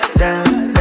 dance